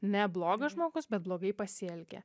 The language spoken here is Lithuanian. ne blogas žmogus bet blogai pasielgė